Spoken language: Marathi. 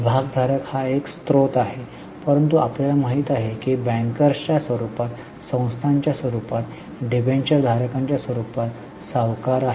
भागधारक हा एक स्त्रोत आहे परंतु आपल्याला माहिती आहे की बँकर्सच्या स्वरूपात संस्थांच्या स्वरूपात डिबेंचरधारकांच्या स्वरूपात सावकार आहेत